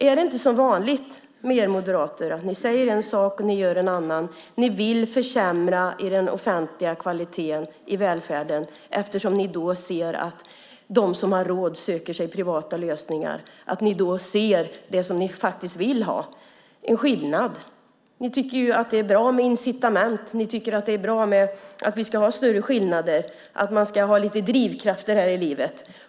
Är det inte som vanligt att ni moderater säger en sak och gör en annan? Ni vill försämra den offentliga välfärdens kvalitet, för då kommer de som har råd att söka sig till privata lösningar. Då får ni det ni vill ha, en skillnad. Ni tycker att det är bra med incitament och större skillnader. Det ska finnas lite drivkrafter i livet.